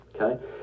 Okay